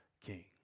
king